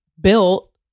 built